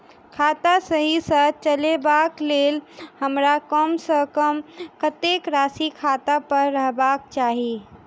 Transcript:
खाता सही सँ चलेबाक लेल हमरा कम सँ कम कतेक राशि खाता पर रखबाक चाहि?